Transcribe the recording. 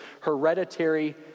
hereditary